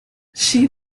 she